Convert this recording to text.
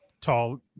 tall